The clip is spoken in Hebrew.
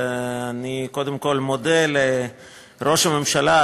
אני קודם כול מודה לראש הממשלה,